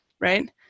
right